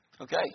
Okay